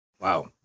Wow